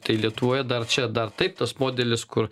tai lietuvoje dar čia dar taip tas modelis kur